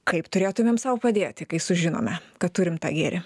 kaip turėtumėm sau padėti kai sužinome kad turim tą gėrį